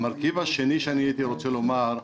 המרכיב השני שהייתי רוצה לציין,